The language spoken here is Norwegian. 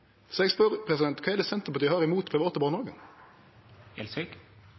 Så eg spør: Kva er det Senterpartiet har imot private